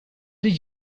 did